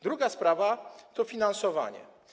Druga sprawa to finansowanie.